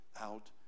out